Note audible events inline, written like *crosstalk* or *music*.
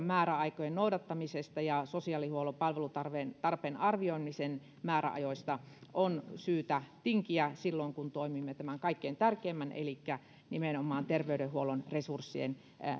*unintelligible* määräaikojen noudattamisesta ja sosiaalihuollon palvelutarpeen arvioimisen määräajoista on syytä tinkiä silloin kun toimimme tämän kaikkein tärkeimmän elikkä nimenomaan terveydenhuollon resurssien